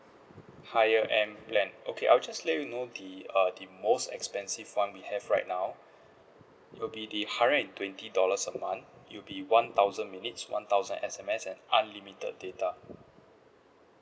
higher end plan okay I'll just let you know the uh the most expensive [one] we have right now it will be the hundred and twenty dollars a month it will be one thousand minutes one thousand S_M_S and unlimited data